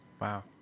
Wow